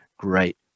Great